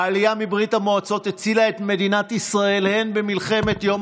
העלייה מברית המועצות הצילה את מדינת ישראל במלחמת יום